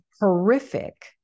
horrific